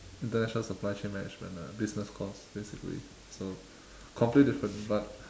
international supply ship management a business course basically so completely different but